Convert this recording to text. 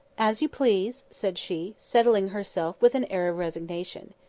as you please, said she, settling herself with an air of resignation.